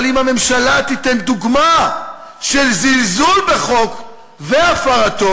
אבל אם הממשלה תיתן דוגמה של זלזול בחוק והפרתו,